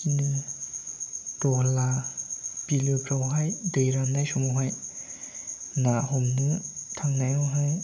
बिदिनो दहला बिलोफ्रावहाय दै राननाय समावहाय ना हमनो थांनायावहाय